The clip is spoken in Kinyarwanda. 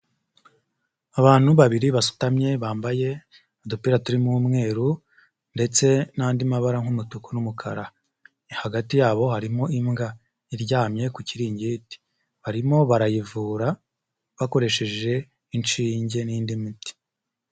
Abantu babiri basutamye bambaye udupira turimo umweru ndetse n'andi mabara nk'umutuku n'umukara, hagati yabo harimo imbwa iryamye ku kiringiti, barimo barayivura bakoresheje inshinge n'indi miti.